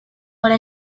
para